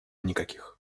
никаких